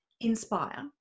inspire